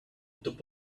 top